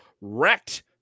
wrecked